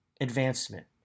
advancement